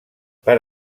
per